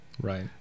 right